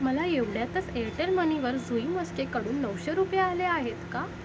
मला एवढ्यातच एअरटेल मनीवर जुई म्हस्केकडून नऊशे रुपये आले आहेत का